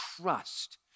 trust